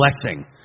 blessing